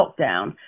lockdown